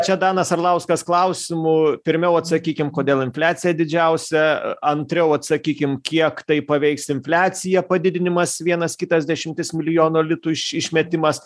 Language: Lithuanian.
čia danas arlauskas klausimų pirmiau atsakykim kodėl infliacija didžiausia antriau atsakykim kiek tai paveiks infliaciją padidinimas vienas kitas dešimtis milijonų litų iš išmetimas